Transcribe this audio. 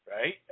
right